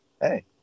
Hey